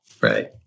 Right